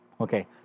Okay